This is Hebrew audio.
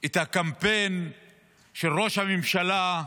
את הקמפיין של ראש הממשלה,